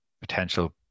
Potential